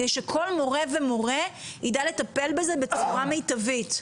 כדי שכל מורה ומורה ידע לטפל בזה בצורה מיטבית.